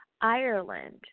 Ireland